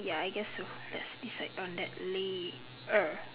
ya I guess so let's decide on that later